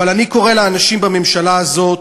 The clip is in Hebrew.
אבל אני קורא לאנשים בממשלה הזאת,